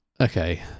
okay